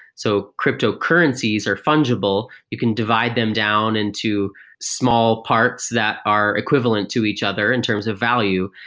so cryptocurrencies are fungible. you can divide them down into small parts that are equivalent to each other in terms of value,